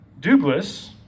Douglas